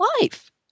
life